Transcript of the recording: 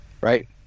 right